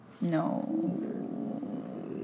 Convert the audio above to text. no